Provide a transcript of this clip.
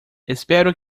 espero